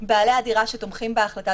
בעלי הדירה שתומכים בהחלטה,